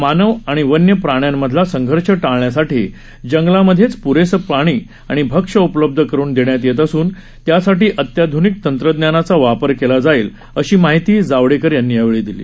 मानव आणि वन्यप्राण्यांमधला संघर्ष टाळण्यासाठी जंगलामध्येच प्रेसं पाणी आणि भक्ष उपलब्ध करुन देण्यात येत असून यासाठी अत्याध्निक तंत्रज्ञानाचा वापर केला जाईल अशी माहिती जावडेकर यांनी यावेळी दिली